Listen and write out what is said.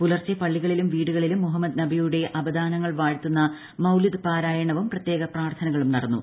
പുലർച്ചെ പള്ളികളിലും വീടുകളിലും മുഹമ്മദ് നബിയുടെ അപദാനങ്ങൾ വാഴ്ത്തുന്ന മൌലിദ് പാരായണവും പ്രത്യേക പ്രാർഥനകളും നടന്നു